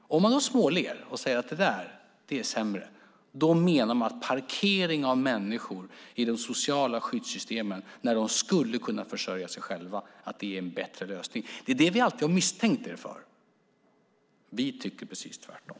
Om man småler och säger att detta är sämre menar man att parkering av människor i de sociala skyddssystemen när de skulle kunna försörja sig själva är en bättre lösning. Det är det vi alltid har misstänkt er för. Vi tycker precis tvärtom.